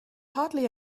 hardly